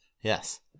Yes